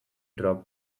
drop